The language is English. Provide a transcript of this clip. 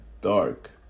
dark